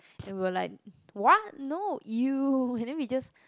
we were like what no ew and then we just